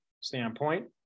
standpoint